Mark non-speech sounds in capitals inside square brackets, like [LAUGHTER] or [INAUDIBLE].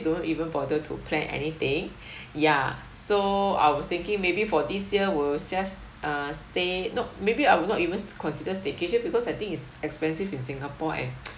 don't even bother to plan anything ya so I was thinking maybe for this year will just uh stay no maybe I would not even consider staycation because I think it's expensive in singapore and [NOISE]